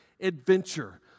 adventure